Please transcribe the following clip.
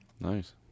Nice